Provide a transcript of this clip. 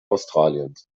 australiens